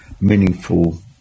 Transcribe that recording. meaningful